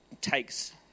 takes